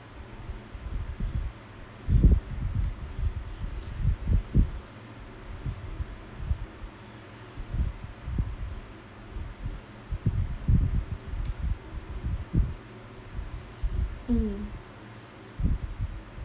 mmhmm